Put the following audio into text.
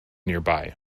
nearby